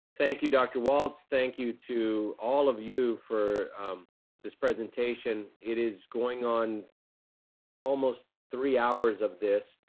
thank you, dr. walts, thank you to all of you for um this presentation. it is going on almost three hours of this.